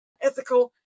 ethical